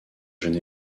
jeune